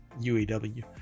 UAW